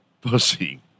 pussy